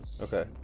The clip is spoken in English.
Okay